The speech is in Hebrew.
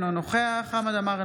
אינו נוכח חמד עמאר,